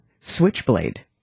Switchblade